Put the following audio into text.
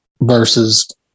versus